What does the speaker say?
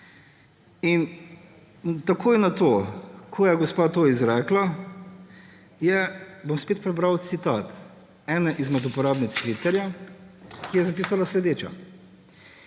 In takoj na to, ko je gospa to izrekla, bom spet prebral citat ene izmed uporabnic Twitterja, ki je zapisala sledeče: